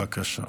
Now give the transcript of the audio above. בבקשה.